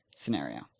scenario